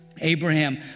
Abraham